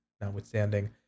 notwithstanding